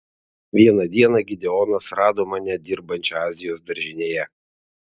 vieną dieną gideonas rado mane dirbančią azijos daržinėje